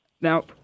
Now